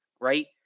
Right